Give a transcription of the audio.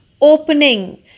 opening